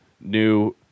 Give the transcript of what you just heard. new